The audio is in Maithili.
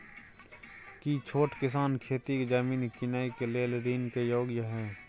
की छोट किसान खेती के जमीन कीनय के लेल ऋण के योग्य हय?